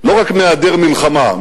לא רק מהיעדר מלחמה,